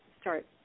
start